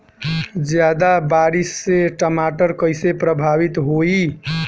ज्यादा बारिस से टमाटर कइसे प्रभावित होयी?